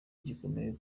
gikomeye